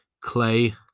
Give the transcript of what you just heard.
Clay